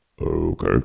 Okay